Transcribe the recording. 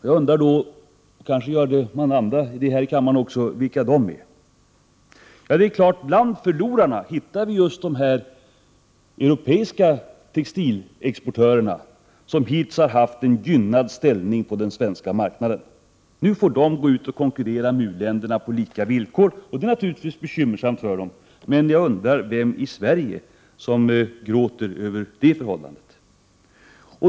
Jag undrar vilka de förlorarna är, och det gör kanske många andra också i den här kammaren. Bland förlorarna hittar vi de europeiska textilexportörerna som hittills har haft en gynnad ställning på den svenska marknaden. Nu får de konkurrera med u-länderna på lika villkor, och det är naturligtvis bekymmersamt för dem. Men vem i Sverige gråter över det förhållandet?